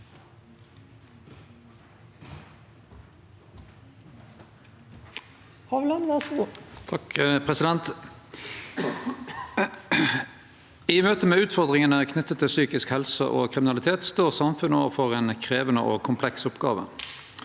I møte med ut- fordringane knytte til psykisk helse og kriminalitet står samfunnet overfor ei krevjande og kompleks oppgåve.